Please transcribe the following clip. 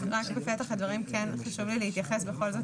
בפתח הדברים חשוב לי להתייחס בכל זאת.